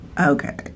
okay